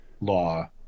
law